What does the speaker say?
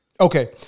Okay